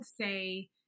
say